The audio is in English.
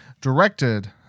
directed